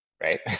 right